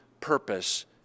purpose